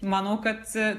manau kad